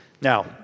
Now